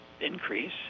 increase